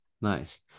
nice